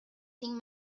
seen